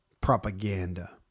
propaganda